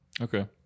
Okay